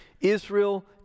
Israel